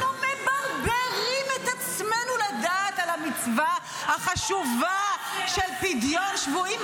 -- בעוד אנחנו מברברים עצמנו לדעת על המצווה החשובה של פדיון שבויים,